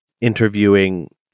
interviewing